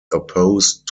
opposed